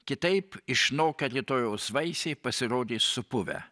kitaip išnokę rytojaus vaisiai pasirodys supuvę